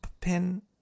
Pin